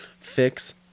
fix